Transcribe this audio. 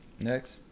next